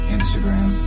Instagram